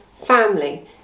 family